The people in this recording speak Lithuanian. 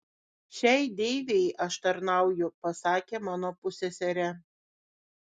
šiai deivei aš tarnauju pasakė mano pusseserė